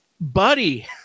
buddy